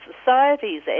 Societies